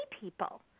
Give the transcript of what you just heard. people